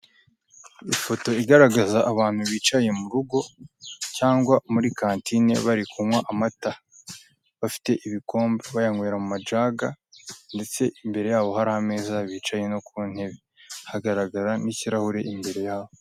Ifoto igaragaza abantu bicaye mu rugo cyangwa muri kantine bari kunywa amata, bafite ibikombe bayanywera mu majaga ndetse imbere yabo hari ameza bicaye no ku ntebe, hagaragara n'ikirahure imbere yabo.